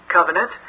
Covenant